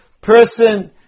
Person